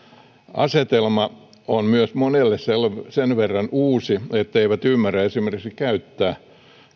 asetelma on monille myös sen verran uusi etteivät he ymmärrä esimerkiksi käyttää